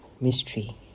mystery